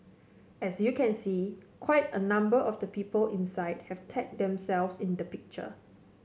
as you can see quite a number of the people inside have tagged themselves in the picture